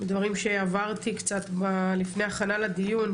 דברים שעברתי קצת לפני ההכנה לדיון,